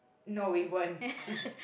no we weren't